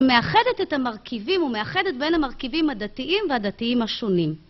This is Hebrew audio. מאחדת את המרכיבים ומאחדת בין המרכיבים הדתיים והדתיים השונים.